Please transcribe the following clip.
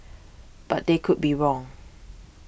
but they could be wrong